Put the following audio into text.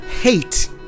hate